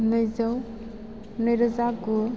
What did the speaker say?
नैरोजा गु